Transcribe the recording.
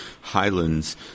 Highlands